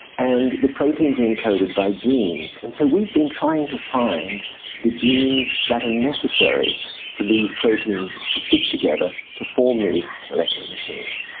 and the proteins are encoded by genes. and so we've been trying to find the genes that are necessary for these proteins to stick together, to form these molecular machines.